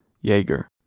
Jaeger